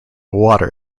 water